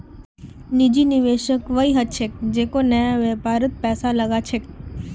निजी निवेशक वई ह छेक जेको नया व्यापारत पैसा लगा छेक